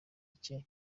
cye